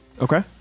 Okay